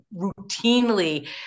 routinely